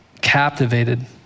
captivated